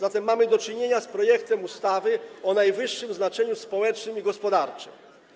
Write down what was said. Mamy więc do czynienia z projektem ustawy o najwyższym znaczeniu społecznym i gospodarczym.